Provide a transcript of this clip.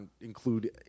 include